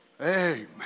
Amen